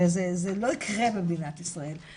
הרי זה לא ייקרה במדינת ישראל,